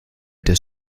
des